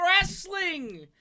wrestling